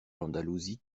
l’andalousie